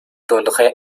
donnerai